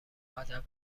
ادب